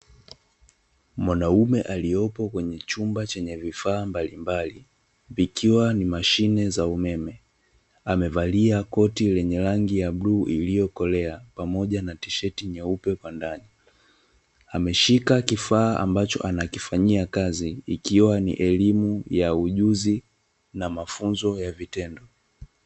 Mwanaume aliyepo kwenye chumba chenye vifaa mbalimbali, ikiwa ni mashine za umeme. Amevalia koti lenye rangi ya bluu iliyokolea, pamoja na tisheti nyeupe kwa ndani. Ameshika kifaa ambacho anakifanyia kazi, ikiwa ni elimu ya ujuzi na mafunzo ya vitendo.